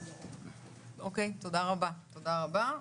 תודה רבה.